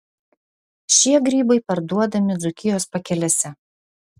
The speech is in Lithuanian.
šie grybai parduodami dzūkijos pakelėse